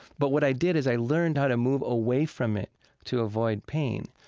but what i did is i learned how to move away from it to avoid pain.